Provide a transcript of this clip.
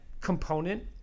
component